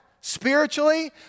spiritually